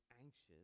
anxious